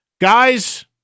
guys